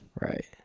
right